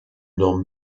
non